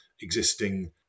existing